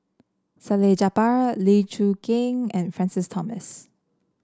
Salleh Japar Lee Choon Kee and Francis Thomas